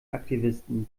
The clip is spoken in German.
aktivisten